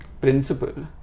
principle